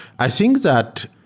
i think that